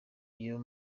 nayo